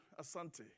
Asante